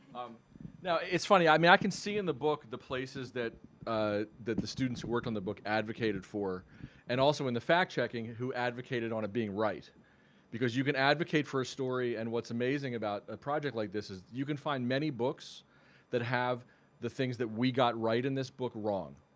you know i mean i can see in the book the places that ah that the students who worked on the book advocated for and also in the fact-checking who advocated on it being right because you can advocate for a story and what's amazing about a project like this is you can find many books that have the things that we got right in this book wrong.